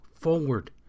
forward